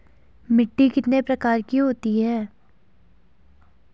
मिट्टी कितने प्रकार की होती है?